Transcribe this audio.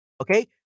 Okay